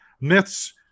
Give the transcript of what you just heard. Myths